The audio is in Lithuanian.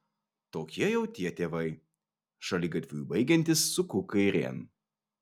tokie jau tie tėvai šaligatviui baigiantis suku kairėn